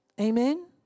Amen